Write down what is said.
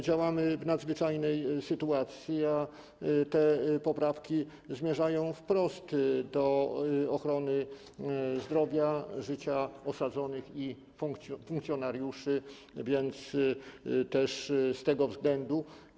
Działamy w nadzwyczajnej sytuacji, a te poprawki zmierzają wprost do ochrony zdrowia i życia osadzonych i funkcjonariuszy, więc też z tego względu.